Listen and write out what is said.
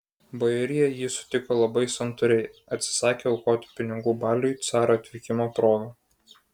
bajorija jį sutiko labai santūriai atsisakė aukoti pinigų baliui caro atvykimo proga